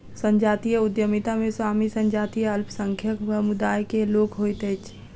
संजातीय उद्यमिता मे स्वामी संजातीय अल्पसंख्यक समुदाय के लोक होइत अछि